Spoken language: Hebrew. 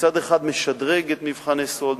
שמצד אחד משדרג את מבחני סאלד,